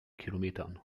kilometern